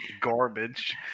garbage